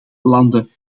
landen